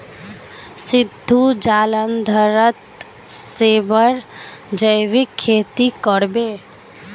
सिद्धू जालंधरत सेबेर जैविक खेती कर बे